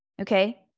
Okay